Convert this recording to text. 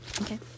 Okay